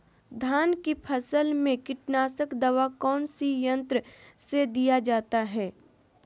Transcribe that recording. धान की फसल में कीटनाशक दवा कौन सी यंत्र से दिया जाता है?